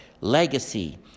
legacy